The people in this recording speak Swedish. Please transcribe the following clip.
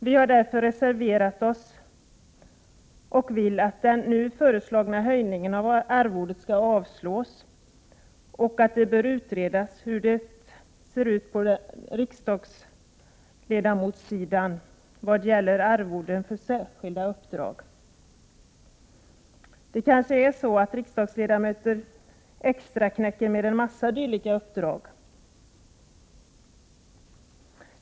Vi har därför reserverat oss och vill att förslaget om höjning av arvodet skall avslås och att det skall utredas hur det ser ut på riksdagsledamotsnivå i vad gäller arvoden för särskilda uppdrag. Kanske riksdagsledamöter extraknäcker på en massa dylika uppdrag.